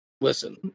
Listen